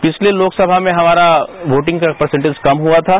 पिछले लोकसभा मे हमारा वोटिंगका पर्सेटेज कम हुआ था